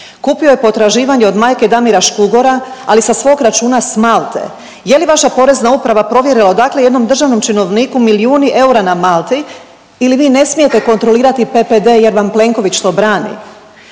Kupio je potraživanje od majke Damira Škugora, ali sa svog računa s Malte, je li vaša porezna uprava provjerila odakle jednom državnom činovniku milijuni eura na Malti ili vi ne smijete kontrolirati PPD jer vam Plenković to brani?